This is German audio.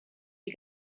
die